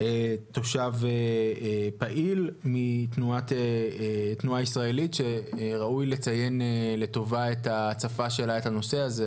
תושב פעיל מתנועה ישראלית שראוי לציין לטובה את ההצפה שלה את הנושא הזה,